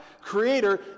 Creator